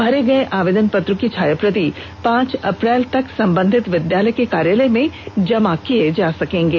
भरे गए आवेदन पत्र की छायाप्रति पांच अप्रैल तक संबंधित विद्यालय के कार्यालय में जमा किये जा सकेगें